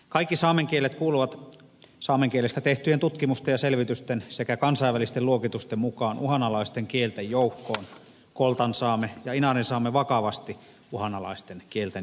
kaikki saamen kielet kuuluvat saamen kielestä tehtyjen tutkimusten ja selvitysten sekä kansainvälisten luokitusten mukaan uhanalaisten kielten joukkoon koltansaame ja inarinsaame vakavasti uhanalaisten kielten joukkoon